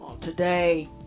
Today